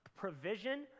provision